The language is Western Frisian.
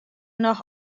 noch